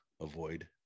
avoid